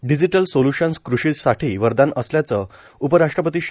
digital solution कृषीसाठी वरदान असल्याचं उपराष्ट्रपती श्री